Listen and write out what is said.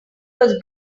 was